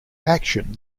action